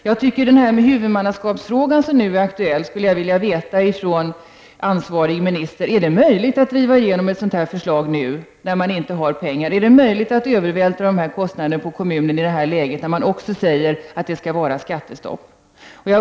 När det gäller huvudmannaskapsfrågan, som nu är aktuell, vill jag fråga den ansvariga ministern: Är det möjligt att driva igenom ett sådant förslag nu, fastän man inte har pengar? Är det möjligt att övervältra dessa kostnader på kommunerna i detta läge, när man också föreslår skattestopp?